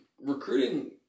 Recruiting